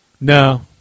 No